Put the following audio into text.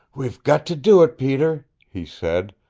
we've got to do it, peter, he said,